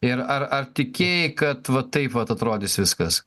ir ar ar tikėjai kad va taip vat atrodys viskas